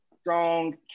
strong